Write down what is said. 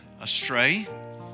astray